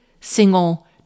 single